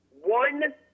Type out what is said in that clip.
One